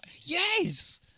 Yes